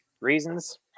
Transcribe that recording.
reasons